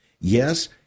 Yes